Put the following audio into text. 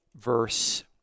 verse